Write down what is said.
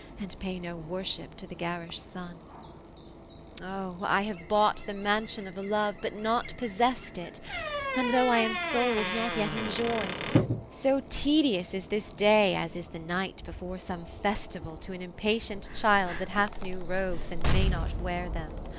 and pay no worship to the garish sun o, i have bought the mansion of a love, but not possess'd it and, though i am sold, not yet enjoy'd so tedious is this day as is the night before some festival to an impatient child that hath new robes, and may not wear them.